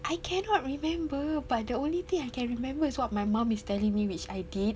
I cannot remember but the only thing I can remember is what my mum is telling me which I did